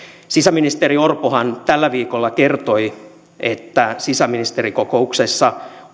sisäministeri orpohan tällä viikolla kertoi että sisäministerikokouksessa